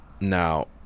now